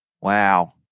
Wow